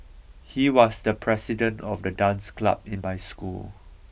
he was the president of the dance club in my school